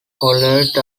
colored